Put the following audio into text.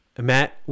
Matt